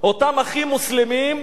אותם "אחים מוסלמים"